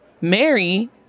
Mary